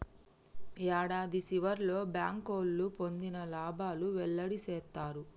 యాడాది సివర్లో బ్యాంకోళ్లు పొందిన లాబాలు వెల్లడి సేత్తారు